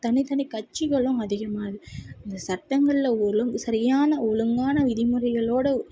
தனி தனி கட்சிகளும் அதிகமாகுது இந்த சட்டங்களில் சரியான ஒழுங்கான விதி முறைகளோட